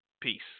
Peace